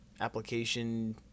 application